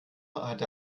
hatte